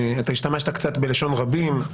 אתה השתמשת קצת בלשון רבים,